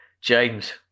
James